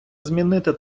змінити